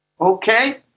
Okay